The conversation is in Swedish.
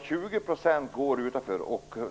20 % går utanför.